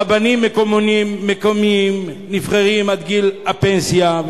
רבנים מקומיים נבחרים עד גיל הפנסיה,